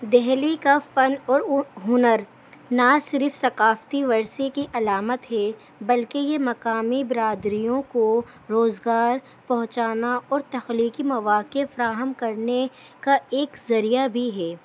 دہلی کا فن اور ہنر نہ صرف ثقافتی ورثے کی علامت ہے بلکہ یہ مقامی برادریوں کو روزگار پہنچانا اور تخلیقی مواقع فراہم کرنے کا ایک ذریعہ بھی ہے